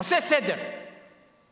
עושה סדר בדברים.